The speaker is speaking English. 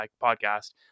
podcast